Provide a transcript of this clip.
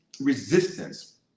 resistance